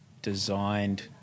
designed